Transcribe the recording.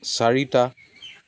চাৰিটা